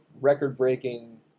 record-breaking